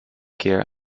keer